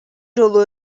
жолу